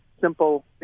simple